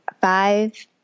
five